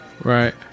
Right